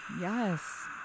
Yes